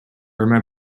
irma